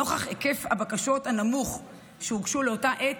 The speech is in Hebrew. נוכח ההיקף הנמוך של הבקשות שהוגשו עד לאותה עת,